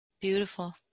Beautiful